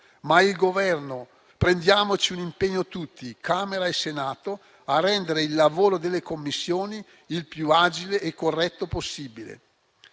nel vuoto. Prendiamoci un impegno tutti, Camera e Senato, a rendere il lavoro delle Commissioni il più agile e corretto possibile,